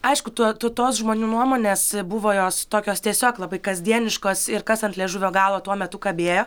aišku tuo tos žmonių nuomonės buvo jos tokios tiesiog labai kasdieniškos ir kas ant liežuvio galo tuo metu kabėjo